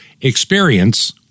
experience